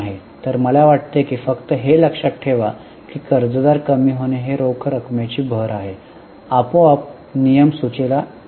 तर मला वाटते की फक्त हे लक्षात ठेवा की कर्जदार कमी होणे हे रोख रकमेची भर आहे आपोआपच नियम सूचीला लागू होईल